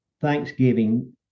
thanksgiving